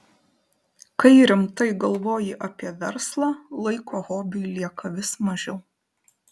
kai rimtai galvoji apie verslą laiko hobiui lieka vis mažiau